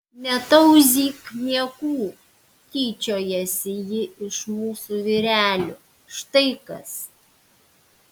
netauzyk niekų tyčiojasi ji iš mūsų vyrelių štai kas